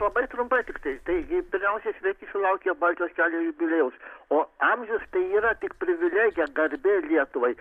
labai trumpai tiktai taigi pirmiausia sveiki sulaukę baltijos kelio jubiliejaus o amžius tai yra tik privilegija garbė lietuvai